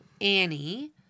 Annie